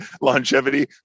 longevity